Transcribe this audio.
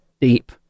deep